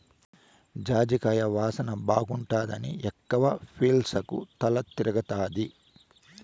జాజికాయ వాసన బాగుండాదని ఎక్కవ పీల్సకు తల తిరగతాది